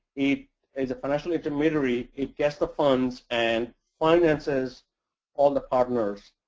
it is a financial intermediary. it gets the funds and finances all the partners.